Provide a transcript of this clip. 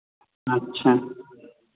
अच्छा